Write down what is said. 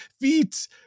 feet